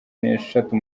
neshatu